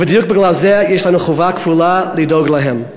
ובדיוק בגלל זה יש לנו חובה כפולה לדאוג להם.